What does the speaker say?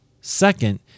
Second